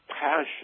passion